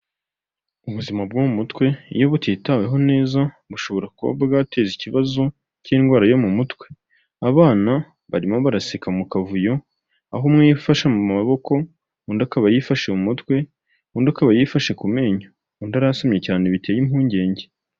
Ubuzima bwo mu mutwe iyo butitaweho neza bushobora kuba bwateza ikibazo cy'indwara yo mu mutwe. Abana barimo barasika mu kavuyo, aho umwe yifasha mu maboko, undi akaba yifashe mu mutwe, undi akaba yifashe ku menyo undi arasamye cyane biteye impungenge.